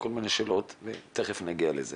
וכל מיני שאלות, ותיכף נגיע לזה.